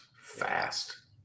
fast